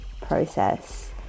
process